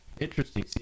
interesting